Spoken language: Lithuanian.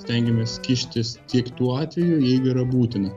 stengiamės kištis tik tuo atveju jeigu yra būtina